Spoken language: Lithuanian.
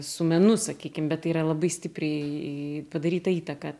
su menu sakykim bet tai yra labai stipriai į padaryta įtaka